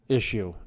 issue